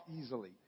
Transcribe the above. easily